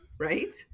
Right